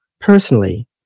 personally